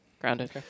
Grounded